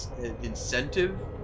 incentive